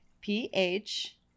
P-H